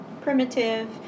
primitive